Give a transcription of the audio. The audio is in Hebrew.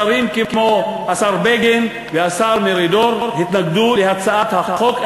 שרים כמו השר בגין והשר מרידור התנגדו להצעת החוק,